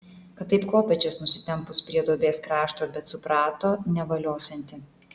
kad taip kopėčias nusitempus prie duobės krašto bet suprato nevaliosianti